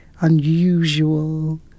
unusual